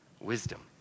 wisdom